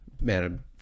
man